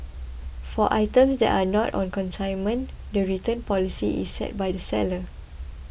for items that are not on consignment the return policy is set by the seller